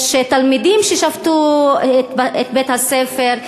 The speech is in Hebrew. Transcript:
יש תלמידים שהשביתו את בית-הספר.